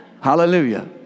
Hallelujah